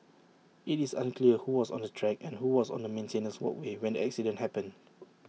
IT is unclear who was on the track and who was on the maintenance walkway when the accident happened